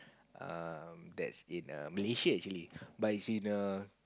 err that's in err Malaysia actually but it's in a